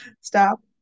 Stop